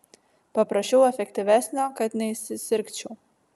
paprašiau efektyvesnio kad neįsisirgčiau